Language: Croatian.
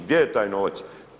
Gdje je taj novac?